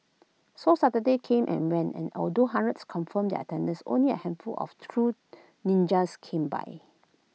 so Saturday came and went and although hundreds confirmed their attendance only A handful of true ninjas came by